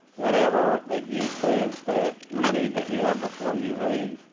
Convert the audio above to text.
whatever that you think that we need to hear before you leave,